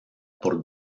por